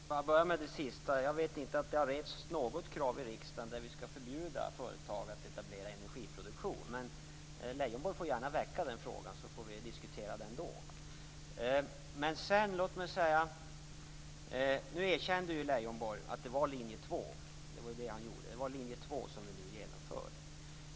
Fru talman! Jag börjar med det sista. Jag vet inte att det har rests något krav i riksdagen om att förbjuda företag att etablera energiproduktion. Men Lars Leijonborg får gärna väcka den frågan så får vi diskutera det då. Nu erkände Leijonborg att det är linje 2 som vi nu genomför.